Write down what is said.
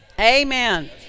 Amen